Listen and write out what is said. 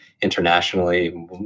internationally